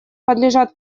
подлежат